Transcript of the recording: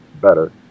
better